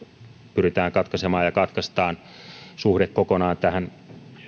pyritään katkaisemaan ja katkaistaan suhde kokonaan tähän